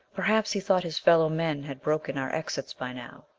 perhaps he thought his fellow men had broken our exits by now.